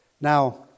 Now